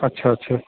अच्छा अच्छा